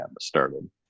Started